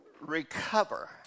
recover